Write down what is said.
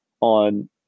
on